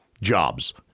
jobs